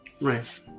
right